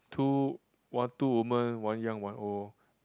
two one two woman one young one old